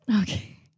Okay